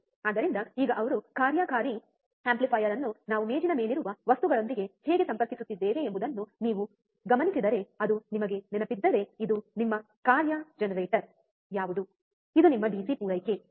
ಆದ್ದರಿಂದ ಈಗ ಅವರು ಕಾರ್ಯಕಾರಿ ಆಂಪ್ಲಿಫೈಯರ್ ಅನ್ನು ನಾವು ಮೇಜಿನ ಮೇಲಿರುವ ವಸ್ತುಗಳೊಂದಿಗೆ ಹೇಗೆ ಸಂಪರ್ಕಿಸುತ್ತಿದ್ದೇವೆ ಎಂಬುದನ್ನು ನೀವು ಗಮನಿಸಿದರೆ ಅದು ನಿಮಗೆ ನೆನಪಿದ್ದರೆ ಇದು ನಿಮ್ಮ ಕಾರ್ಯ ಜನರೇಟರ್ ಯಾವುದು ಇದು ನಿಮ್ಮ ಡಿಸಿ ಪೂರೈಕೆ ಸರಿ